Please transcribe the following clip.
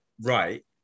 right